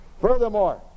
Furthermore